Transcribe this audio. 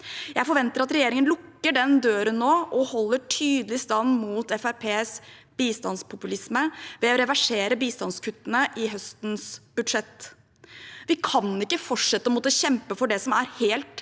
Jeg forventer at regjeringen lukker den døren nå og holder tydelig stand mot Fremskrittspartiets bistandspopulisme ved å reversere bistandskuttene i høstens budsjett. Vi kan ikke fortsette å måtte kjempe for det som er helt